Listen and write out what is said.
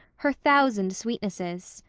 her thousand sweetnesses.